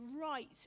right